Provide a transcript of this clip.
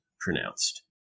pronounced